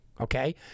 okay